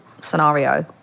scenario